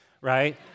right